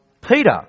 Peter